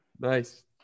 nice